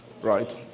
Right